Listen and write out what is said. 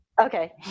Okay